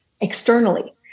externally